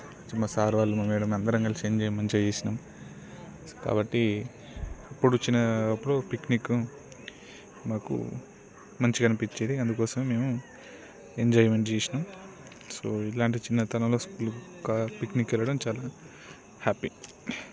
మా సార్ వాళ్ళు మా మ్యాడమ్ వాళ్ళు అందరం మస్తు ఎంజాయ్ చేసినాం కాబట్టి ఎప్పుడు వచ్చినప్పుడు పిక్నిక్ మాకు మంచిగా అనిపించేది అందుకోసమే మేము ఎంజాయ్మెంట్ చేసినాం సో ఇలాంటి చిన్నతనంలో స్కూల్ ఇంకా పిక్నిక్ వెళ్లడం చాలా హ్యాపీ